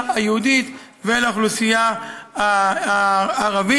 היהודית והן לאוכלוסייה הערבית.